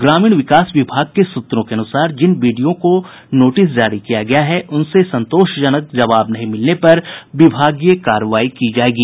ग्रामीण विकास विभाग के सूत्रों के अनुसार जिन बीडीओ को नोटिस जारी किया गया है उनसे संतोषजनक जवाब नहीं मिलने पर विभागीय कार्रवाई की जायेगी